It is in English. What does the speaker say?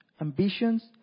ambitions